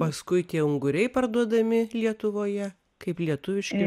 paskui tie unguriai parduodami lietuvoje kaip lietuviški